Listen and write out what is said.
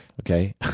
okay